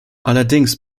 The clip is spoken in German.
allerdings